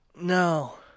No